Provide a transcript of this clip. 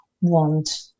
want